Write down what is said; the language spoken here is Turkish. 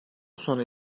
sonra